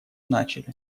начали